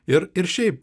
ir ir šiaip